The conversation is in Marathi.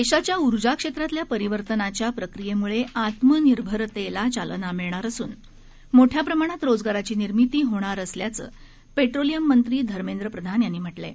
देशाच्या ऊर्जा क्षेत्रातल्या परिवर्तनाच्या प्रक्रियेमुळे आत्मनिर्भरतेला चालना मिळणार असून मोठ्या प्रमाणात रोजगाराची निर्मिती होणार असल्याचं पेट्रोलियम मंत्री धर्मेन्द्र प्रधान यांनी म्हटलं आहे